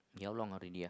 we how long already ah